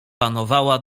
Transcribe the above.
panowała